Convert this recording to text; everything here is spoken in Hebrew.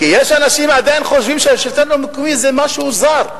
כי יש אנשים שעדיין חושבים שהשלטון המקומי זה משהו זר,